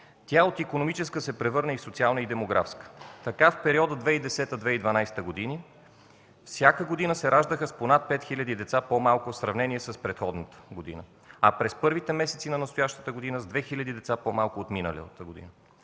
тя от икономическа, се превърна в социална и демографска. Така в периода 2010-2012 г. всяка година се раждаха с по над 5000 деца по-малко в сравнение с предходната година, а през първите месеци на настоящата година с 2000 деца по-малко от миналата година.